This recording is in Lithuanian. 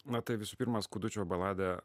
na tai visų pirma skudučio baladė